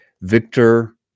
victor